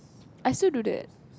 I still do that